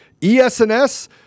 ESNS